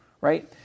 right